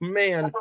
man